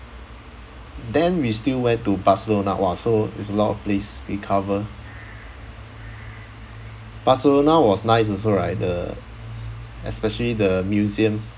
then we still went to barcelona !wah! so is lot of place we cover barcelona was nice also right the especially the museum